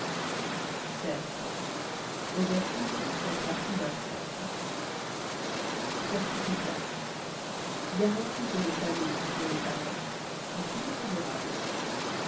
cercle on doit toujours faire partie d'un cercle certificat garantie pour les familles et pour les parents est toujours favorable